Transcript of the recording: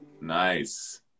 Nice